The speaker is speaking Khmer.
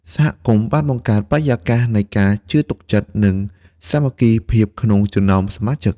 សហគមន៍បានបង្កើតបរិយាកាសនៃការជឿទុកចិត្តនិងសាមគ្គីភាពក្នុងចំណោមសមាជិក។